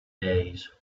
days